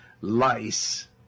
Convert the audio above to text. lice